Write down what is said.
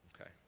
Okay